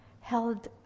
held